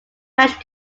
match